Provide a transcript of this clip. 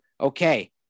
okay